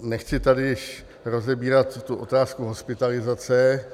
Nechci tady již rozebírat otázku hospitalizace.